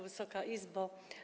Wysoka Izbo!